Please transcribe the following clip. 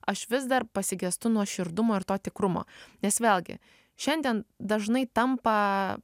aš vis dar pasigestu nuoširdumo ir to tikrumo nes vėlgi šiandien dažnai tampa